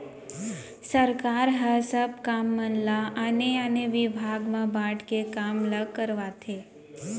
सरकार ह सब काम मन ल आने आने बिभाग म बांट के काम ल करवाथे